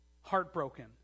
heartbroken